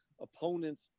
opponents